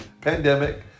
pandemic